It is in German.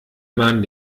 man